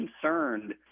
concerned